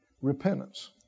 repentance